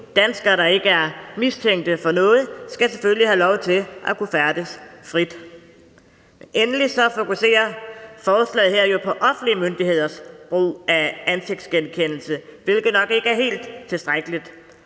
Danskere, der ikke er mistænkt for noget, skal selvfølgelig have lov til at kunne færdes frit. Endelig fokuserer forslaget her på offentlige myndigheders brug af ansigtsgenkendelse, hvilket jo nok ikke er helt tilstrækkeligt,